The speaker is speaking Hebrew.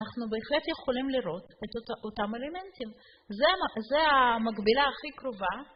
אנחנו בהחלט יכולים לראות את אותם אלמנטים. זו המקבילה הכי קרובה.